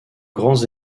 grands